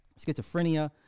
schizophrenia